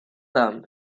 them